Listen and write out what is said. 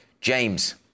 James